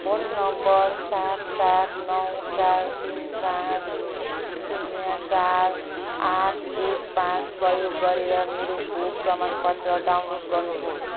phone number सात सात नौ चार तिन पाँच शून्य चार आठ एक पाँच प्रयोग गरेर मेरो खोप प्रमाण पत्र डाउनलोड गर्नुहोस्